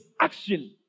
action